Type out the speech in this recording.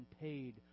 paid